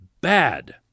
bad